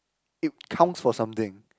it counts for something